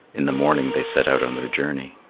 in the morning they set out on their journey.